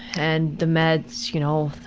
and the meds, you know,